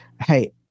Hey